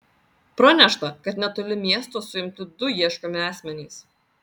pranešta kad netoli miesto suimti du ieškomi asmenys